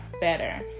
better